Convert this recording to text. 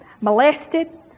molested